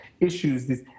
issues